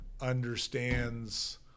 understands